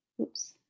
Oops